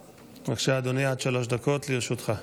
בבקשה, אדוני, עד שלוש דקות לרשותך.